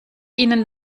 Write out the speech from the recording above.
ihnen